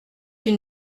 une